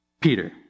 Peter